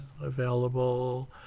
available